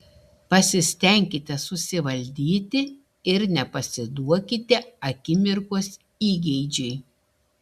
pasistenkite susivaldyti ir nepasiduokite akimirkos įgeidžiui